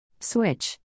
Switch